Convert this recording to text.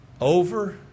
over